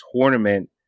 tournament